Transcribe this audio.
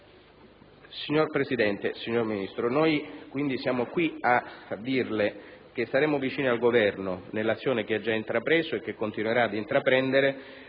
territori. Signor Ministro, noi siamo qui a dirle che saremo vicini al Governo nell'azione che ha già intrapreso e che continuerà ad intraprendere,